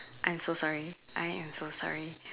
I'm so sorry I am so sorry